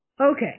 Okay